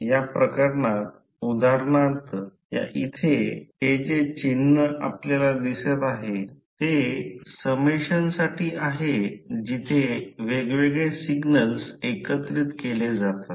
आणि हे येथून येथून कोठेही आहे ते काही अंतरावर घेतले जाते यालाच मॅग्नेटिक फ्लक्स लाइन म्हणतात